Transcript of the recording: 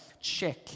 check